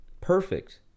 Perfect